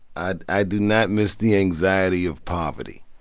ah i do not miss the anxiety of poverty.